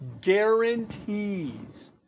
guarantees